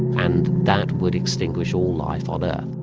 and that would extinguish all life on earth.